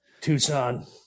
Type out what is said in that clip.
Tucson